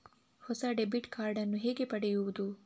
ಹೊಸ debit card ನ್ನು ಹೇಗೆ ಪಡೆಯುದು?